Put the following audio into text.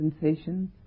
sensations